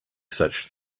such